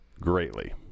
greatly